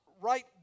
right